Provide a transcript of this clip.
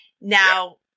Now